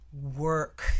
work